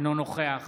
אינו נוכח